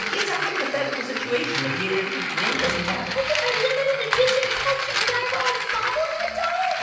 it's a hypothetical situation, mindy. it it really doesn't matter was it my limited edition, custom guy raz bobblehead doll?